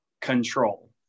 control